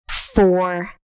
four